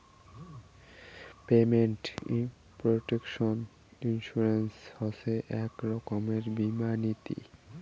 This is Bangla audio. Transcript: পেমেন্ট প্রটেকশন ইন্সুরেন্স হসে এক রকমের বীমা নীতি